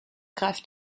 greift